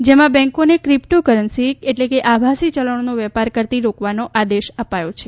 જેમાં બેન્કોને crypto currency એટલે કે આભાસી ચલણનો વેપાર કરતી રોકવાનો આદેશ અપાયો છે